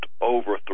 overthrow